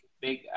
big